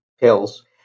pills